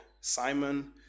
Simon